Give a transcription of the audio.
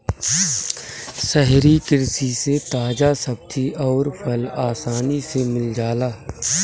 शहरी कृषि से ताजा सब्जी अउर फल आसानी से मिल जाला